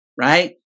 Right